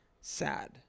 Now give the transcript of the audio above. sad